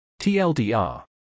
TLDR